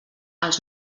els